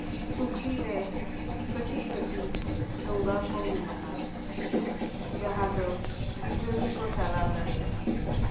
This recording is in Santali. ᱯᱩᱠᱷᱨᱤ ᱨᱮ ᱠᱟᱹᱴᱤᱡ ᱠᱟᱹᱴᱤᱡ ᱰᱷᱚᱸᱜᱟ ᱠᱚ ᱢᱮᱱᱟᱜᱼᱟ ᱡᱟᱦᱟᱸ ᱫᱚ ᱜᱤᱫᱽᱨᱟᱹ ᱜᱮᱠᱚ ᱪᱟᱞᱟᱣ ᱫᱟᱲᱮᱭᱟᱜᱼᱟ